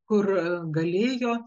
kur galėjo